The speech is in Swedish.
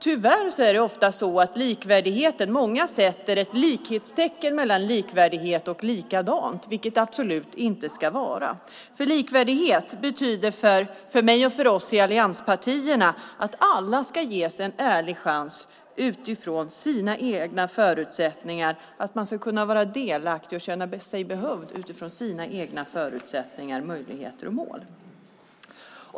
Tyvärr är det ofta så att många sätter ett likhetstecken mellan "likvärdighet" och "likadant", men det ska det absolut inte vara. Likvärdighet betyder för mig och för oss i allianspartierna att alla ska ges en ärlig chans utifrån sina egna förutsättningar och att man ska kunna vara delaktig och känna sig behövd utifrån sina egna förutsättningar, möjligheter och mål.